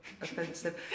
offensive